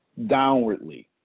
downwardly